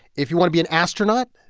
if you want to be an astronaut,